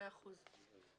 מאה אחוז.